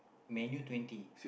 Man-U twenty